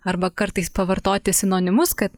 arba kartais pavartoti sinonimus kad